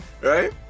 right